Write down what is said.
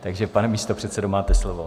Takže pane místopředsedo, máte slovo.